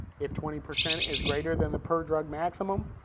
if twenty percent is greater than the per drug maximum,